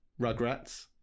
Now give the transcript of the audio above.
Rugrats